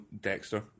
Dexter